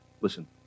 Listen